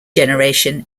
generation